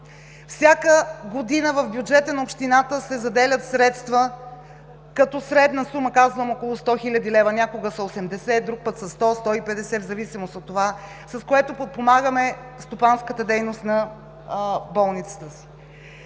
Всяка година в бюджета на общината се заделят средства като средна сума казвам около 100 хил. лв., някога са 80, друг път са 100 – 150 в зависимост от това, с което подпомагаме стопанската дейност на болницата си.